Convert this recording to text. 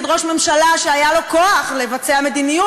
ראש ממשלה שהיה לו כוח לבצע מדיניות,